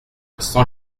cent